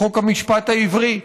חוק המשפט העברי,